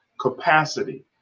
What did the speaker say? capacity